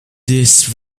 this